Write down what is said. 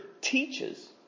teaches